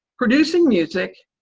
producing music,